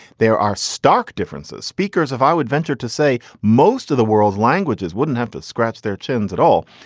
there are stark differences. speakers of i would venture to say most of the world's languages wouldn't have to scratch their chins at all.